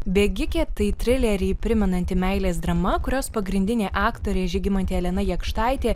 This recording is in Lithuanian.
bėgikė tai trilerį primenanti meilės drama kurios pagrindinė aktorė žygimantė elena jakštaitė